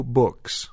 books